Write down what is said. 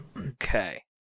Okay